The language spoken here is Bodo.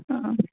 अ